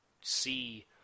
see